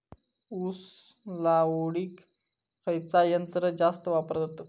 ऊस लावडीक खयचा यंत्र जास्त वापरतत?